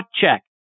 check